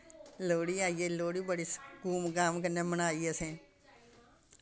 लोह्ड़ी आई गेई लोह्ड़ी बड़ी धूम धाम कन्नै मनाई असें